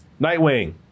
Nightwing